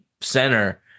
center